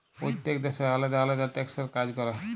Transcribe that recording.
প্যইত্তেক দ্যাশের আলেদা আলেদা ট্যাক্সের কাজ ক্যরে